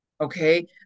Okay